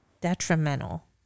detrimental